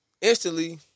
instantly